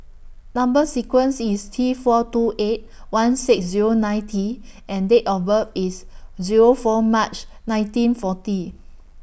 Number sequence IS T four two eight one six Zero nine T and Date of birth IS Zero four March nineteen forty